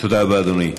תודה רבה, אדוני.